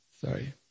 sorry